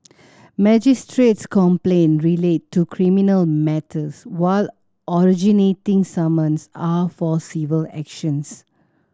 magistrate's complaint relate to criminal matters while originating summons are for civil actions